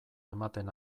ematen